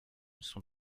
sont